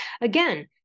Again